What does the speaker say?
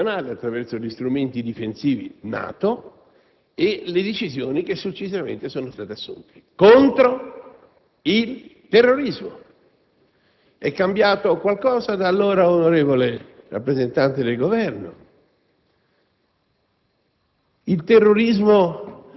personale e internazionale attraverso gli strumenti difensivi della NATO - e le decisioni che successivamente sono state assunte contro il terrorismo. È cambiato qualcosa da allora, onorevole rappresentante del Governo?